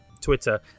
Twitter